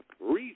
Reason